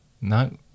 No